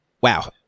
wow